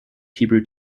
hebrew